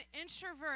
introvert